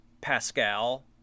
Pascal